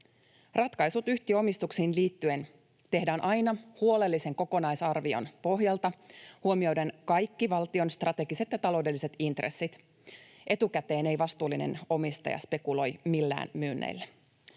Ratkaisut yhtiöomistuksiin liittyen tehdään aina huolellisen kokonaisarvion pohjalta huomioiden valtion kaikki strategiset ja taloudelliset intressit. Etukäteen ei vastuullinen omistaja spekuloi millään myynneillä.